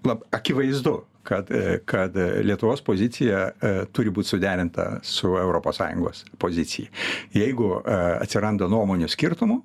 lab akivaizdu kad kad lietuvos pozicija turi būt suderinta su europos sąjungos pozicija jeigu atsiranda nuomonių skirtumų